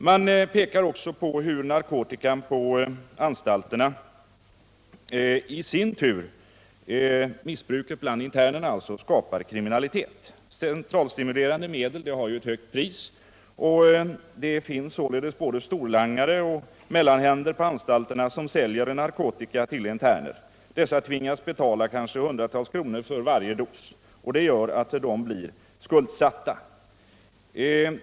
Man pekar också på hur narkotikan genom missbruket bland internerna på anstalterna skapar kriminalitet. Centralstimulerande medel betingar ju ett högt pris. Det finns både storlangare och mellanhänder på anstalterna som säljer narkotika ull interner. Dessa tvingas betala kanske hundratals kronor för varje dos. Det gör att de blir skuldsatta.